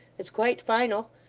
it's quite final.